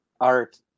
art